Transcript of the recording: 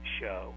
show